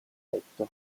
tetto